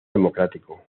democrático